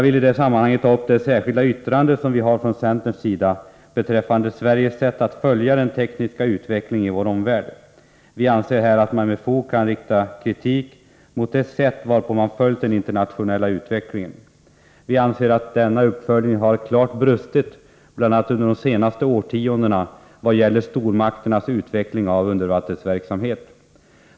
I det sammanhanget vill jag ta upp det särskilda yttrande som vi har gjort från centerns sida beträffande Sveriges sätt att följa den tekniska utvecklingeni vår omvärld. Vi anser att kritik med fog kan riktas mot det sätt varpå man följt den internationella utvecklingen. Vi anser att denna uppföljning under de senaste årtiondena klart har brustit bl.a. vad gäller stormakternas utveckling av undervattensverksamhet.